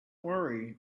worry